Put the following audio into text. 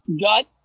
Gut